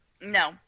No